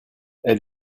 elle